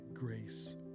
grace